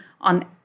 on